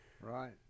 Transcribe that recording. right